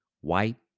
white